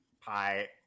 pie